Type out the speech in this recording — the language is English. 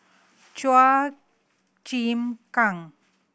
Chua Chim Kang